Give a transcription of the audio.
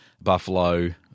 buffalo